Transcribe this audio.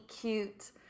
cute